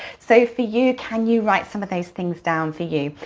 so for you, can you write some of those things down for you,